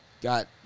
Got